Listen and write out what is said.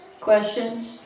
Questions